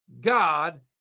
God